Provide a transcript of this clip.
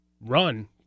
run